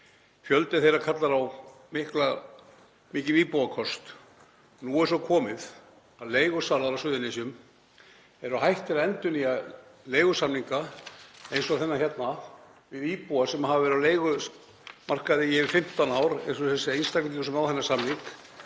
Fjöldi þeirra kallar á mikinn íbúðakost. Nú er svo komið að leigusalar á Suðurnesjum eru hættir að endurnýja leigusamninga eins og þennan hérna við íbúa sem hafa verið á leigumarkaði í yfir 15 ár, eins og við þann einstakling sem á þennan samning.